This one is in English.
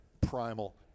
primal